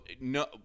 no